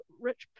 rich